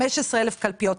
יש 15,000 קלפיות.